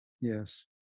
Yes